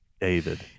David